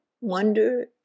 wonder